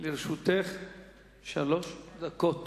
לרשותך שלוש דקות.